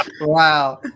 Wow